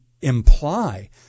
imply